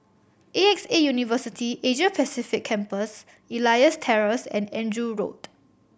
A X A University Asia Pacific Campus Elias Terrace and Andrew Road